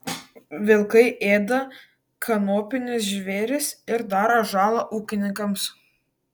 vilkai ėda kanopinius žvėris ir daro žalą ūkininkams